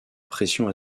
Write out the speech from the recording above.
pression